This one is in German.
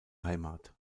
heimat